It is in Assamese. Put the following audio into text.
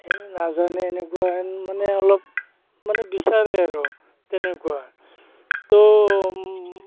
নাজানে সেনেকুৱাহেন মানে অলপ মানে বিচাৰে আৰু তেনেকুৱা ত'